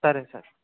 సరే సరే